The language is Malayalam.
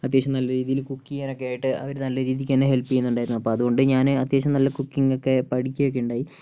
അത്യാവശ്യം നല്ല രീതിയിൽ കുക്ക് ചെയ്യാനൊക്കെ ആയിട്ട് അവര് നല്ല രീതിക്ക് എന്നെ ഹെല്പ് ചെയ്യുന്നുണ്ടായിരുന്നു അപ്പോൾ അതുകൊണ്ട് ഞാൻ അത്യാവശ്യം നല്ല കുക്കിങ് ഒക്കെ പഠിക്കുകയൊക്കെ ഉണ്ടായി